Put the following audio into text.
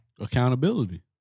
accountability